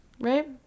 right